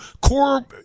core